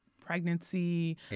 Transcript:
pregnancy